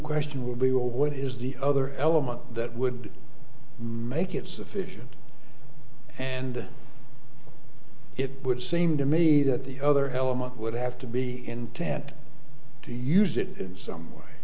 question would be well what is the other element that would make it sufficient and it would seem to me that the other element would have to be intent to use it in some way